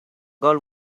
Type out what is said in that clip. girl